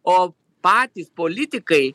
o patys politikai